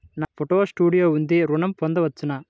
నాకు photo studio ఉంది ఋణం పొంద వచ్చునా?